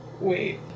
wait